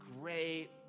great